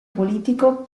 politico